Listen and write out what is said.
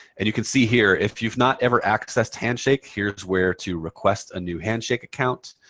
and you can see here, if you've not ever accessed handshake, here's where to request a new handshake account.